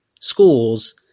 schools